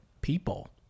people